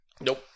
Nope